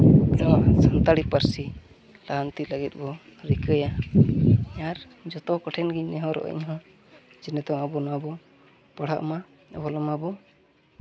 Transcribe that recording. ᱟᱵᱚ ᱥᱟᱱᱛᱟᱲᱤ ᱯᱟᱹᱨᱥᱤ ᱞᱟᱦᱟᱱᱛᱤ ᱞᱟᱹᱜᱤᱫ ᱵᱚ ᱨᱤᱠᱟᱹᱭᱟ ᱟᱨ ᱡᱚᱛᱚ ᱠᱚᱴᱷᱮᱱ ᱜᱮ ᱱᱮᱦᱚᱨᱚᱜᱼᱟ ᱤᱧᱦᱚᱸ ᱡᱮ ᱱᱤᱛᱚᱝ ᱟᱵᱚ ᱱᱚᱣᱟ ᱵᱚᱱ ᱯᱟᱲᱦᱟᱜ ᱢᱟ ᱚᱞ ᱢᱟᱵᱚᱱ